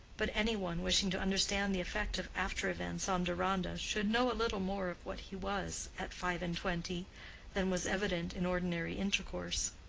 but any one wishing to understand the effect of after-events on deronda should know a little more of what he was at five-and-twenty than was evident in ordinary intercourse.